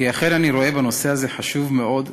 כי אכן אני רואה בנושא הזה נושא חשוב מאוד,